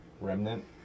remnant